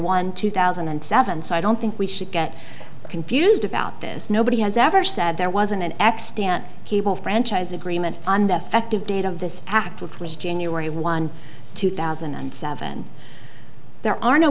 one two thousand and seven so i don't think we should get confused about this nobody has ever said there was an x stand cable franchise agreement on the effective date of this act which was january one two thousand and seven there are no